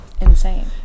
insane